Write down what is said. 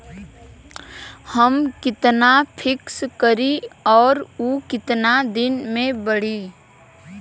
हम कितना फिक्स करी और ऊ कितना दिन में बड़ी?